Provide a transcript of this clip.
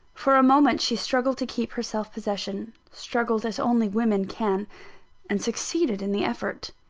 for a moment, she struggled to keep her self-possession struggled as only women can and succeeded in the effort.